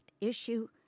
issue